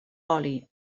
oli